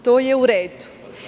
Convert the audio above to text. To je uredu.